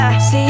See